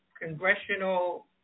congressional